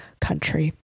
country